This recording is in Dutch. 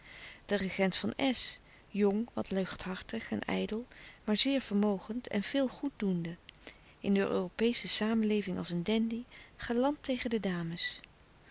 de regent van s jong wat luchthartig en ijdel maar zeer vermogend en veel goed doende in de europeesche samenleving als een dandy galant tegen de dames